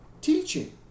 teaching